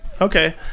Okay